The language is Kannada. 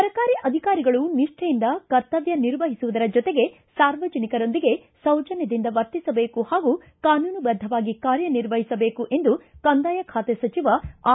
ಸರ್ಕಾರಿ ಅಧಿಕಾರಿಗಳು ನಿಷ್ಠೆಯಿಂದ ಕರ್ತವ್ಯ ನಿರ್ವಹಿಸುವುದರ ಜೊತೆಗೆ ಸಾರ್ವಜನಿಕರೊಂದಿಗೆ ಸೌಜನ್ನದಿಂದ ವರ್ತಿಸಬೇಕು ಹಾಗೂ ಕಾನೂನುಬದ್ದವಾಗಿ ಕಾರ್ಯ ನಿರ್ವಹಿಸಬೇಕು ಎಂದು ಕಂದಾಯ ಖಾತೆ ಸಚಿವ ಆರ್